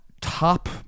top